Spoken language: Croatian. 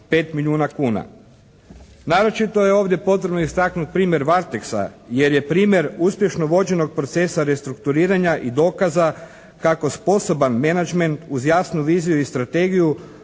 5 milijuna kuna. Naročito je ovdje potrebno istaknuti primjer "Varteksa" jer je primjer uspješno vođenog procesa restrukturiranja i dokaza tako sposoban menadžment uz jasnu viziju i strategiju